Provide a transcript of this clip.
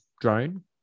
drone